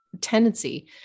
tendency